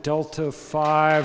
delta five